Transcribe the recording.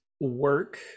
work